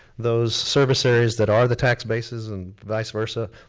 those service areas that are the tax bases and vice versa,